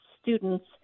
students